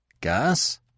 Gas